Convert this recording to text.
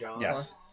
yes